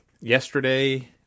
Yesterday